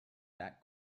that